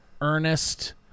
Ernest